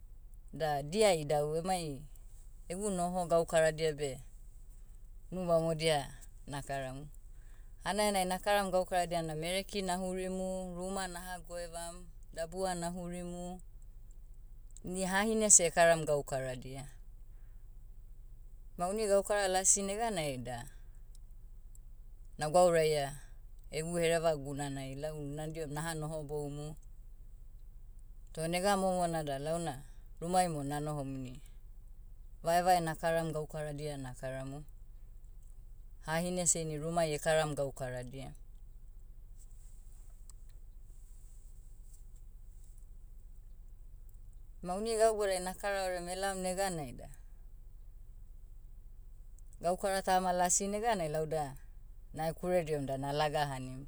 Da dia idau emai, egu noho gaukaradia beh, unubamodia, nakaramu. Hanaianai nakaram gaukaradia na mereki nahurimu, ruma naha goevam, dabua nahurimu, ini hahine seh ekaram gaukaradia. Ma uni gaukara lasi neganai da, nagwauraia, egu hereva gunanai lau nadihom naha nohoboumu. Toh nega momo nada launa, rumai mo nanohom ini, vaevae nakaram gaukaradia nakaramu. Hahine seh ini rumai ekaram gaukaradia. Ma uni gau bodiai nakara orem elaom neganai da, gaukara tama lasi neganai lauda, nahekure dihom da nalagahanim.